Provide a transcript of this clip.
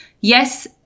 Yes